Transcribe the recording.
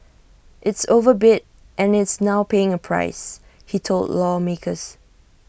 it's overbid and is now paying A price he told lawmakers